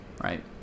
right